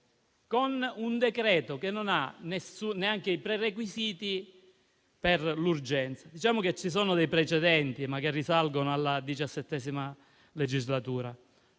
con un decreto-legge che non ha neanche i requisiti dell'urgenza. Diciamo che ci sono dei precedenti, ma che risalgono alla XVII legislatura.